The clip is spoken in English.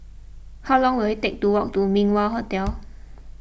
how long will it take to walk to Min Wah Hotel